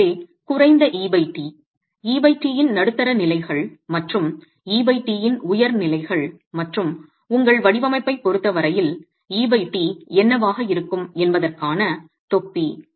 எனவே குறைந்த et et இன் நடுத்தர நிலைகள் மற்றும் et இன் உயர் நிலைகள் மற்றும் உங்கள் வடிவமைப்பைப் பொறுத்த வரையில் et என்னவாக இருக்கும் என்பதற்கான தொப்பி